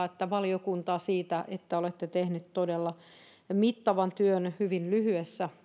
että sosiaali ja terveysvaliokuntaa siitä että olette tehneet todella mittavan työn hyvin lyhyessä